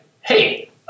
hey